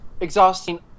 exhausting